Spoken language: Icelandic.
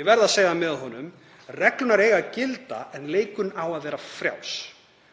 ég verð að segja það með honum að reglurnar eiga að gilda en leikurinn á að vera frjáls.